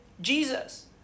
Jesus